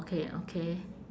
okay okay